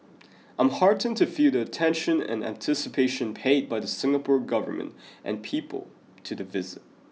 I'm heartened to feel the attention and anticipation paid by the Singapore Government and people to the visit